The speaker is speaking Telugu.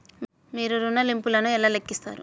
మీరు ఋణ ల్లింపులను ఎలా లెక్కిస్తారు?